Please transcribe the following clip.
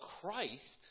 Christ